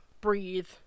breathe